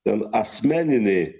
ten asmeniniai